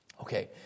Okay